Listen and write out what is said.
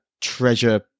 treasure